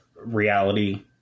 reality